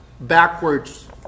backwards